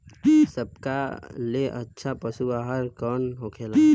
सबका ले अच्छा पशु आहार कवन होखेला?